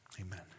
Amen